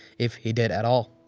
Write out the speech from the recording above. if he did at all.